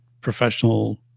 professional